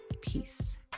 peace